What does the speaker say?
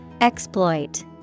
Exploit